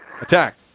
Attack